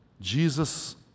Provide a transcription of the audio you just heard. Jesus